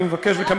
אני מבקש.